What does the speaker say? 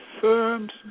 firms